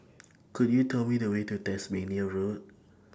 Could YOU Tell Me The Way to Tasmania Road